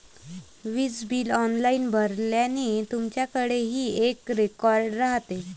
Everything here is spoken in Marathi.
वीज बिल ऑनलाइन भरल्याने, तुमच्याकडेही एक रेकॉर्ड राहते